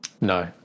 No